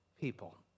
People